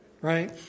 right